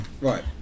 right